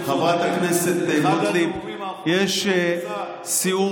חשבנו סיעור